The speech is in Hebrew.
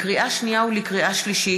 לקריאה שנייה ולקריאה שלישית: